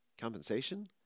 Compensation